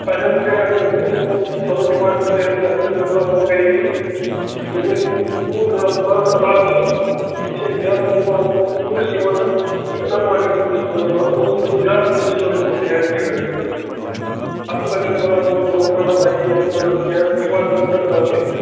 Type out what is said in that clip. health ڈِپاٹمٮ۪نٛٹٕے اتھ تھوڑا بہت کَرِہہ یہِ یپٲرۍ یِم دوٗر دراز علاقہ چھِ ییٚتہِ چھِ أسۍ زیاد پہم یِوان حظ ٹوٗرسٹہِ حظ یِم چھِ اَنوانٹِڈ ٹوٗرِسٹ یور یِوان یِمو سۭتۍ حظ گوٚو زیادٕ ڈِسٹٔرٕب یِہُنٛد یہِ ہیبِٹیٹ حظ اَسہِ اتھ کُن اگر تھوڑا بہت روک تھامہ لَگہِ ہہ اورٕ یورٕ کینٛہہ حظ ڈپارٹمنٹ طرفٕے